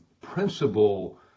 principle